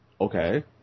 Okay